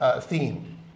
theme